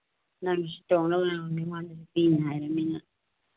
ꯅꯪꯁꯨ ꯇꯣꯡꯅꯕ ꯃꯤꯉꯣꯟꯗ ꯄꯤꯅꯤ ꯍꯥꯏꯔꯝꯅꯤꯅ